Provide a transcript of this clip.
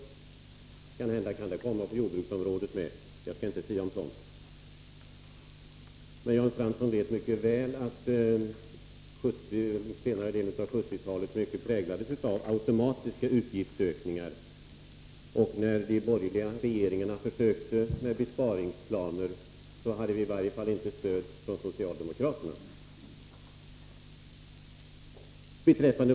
Kanske kan detta bli fallet även på jordbruksområdet. Jag skall emellertid inte sia om detta. Jan Fransson vet mycket väl att den senare delen av 1970-talet i mycket präglades av automatiska utgiftsökningar. När de borgerliga regeringarna gjorde försök med besparingsplaner hade vi i varje fall inte stöd från socialdemokraterna.